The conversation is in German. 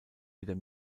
wieder